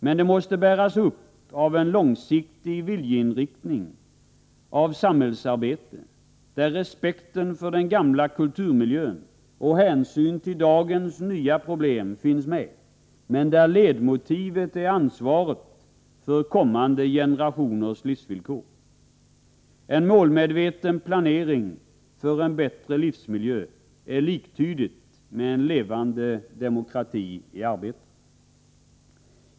Men insatserna måste bäras upp av en långsiktig viljeinriktning av samhällsarbetet, där respekten för den gamla kulturmiljön och hänsyn till dagens nya problem finns med och där ledmotivet är ansvaret för kommande generationers livsvillkor. En målmedveten planering för en bättre livsmiljö är liktydigt med en levande demokrati i arbetet.